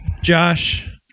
Josh